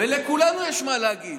לכולנו יש מה להגיד,